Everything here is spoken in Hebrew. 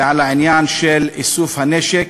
ועל העניין של איסוף הנשק,